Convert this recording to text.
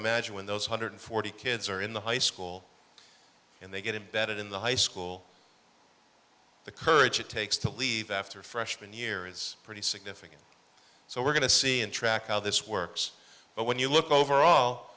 imagine when those hundred forty kids are in the high school and they get imbedded in the high school the courage it takes to leave after freshman year is pretty significant so we're going to see and track how this works but when you look overall